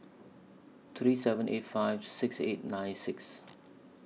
three seven eight five six eight nine six